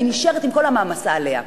והיא נשארת עם כל המעמסה עליה.